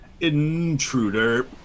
intruder